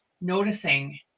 noticing